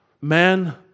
man